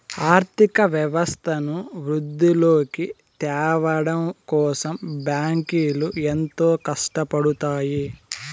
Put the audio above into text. ఆర్థిక వ్యవస్థను వృద్ధిలోకి త్యావడం కోసం బ్యాంకులు ఎంతో కట్టపడుతాయి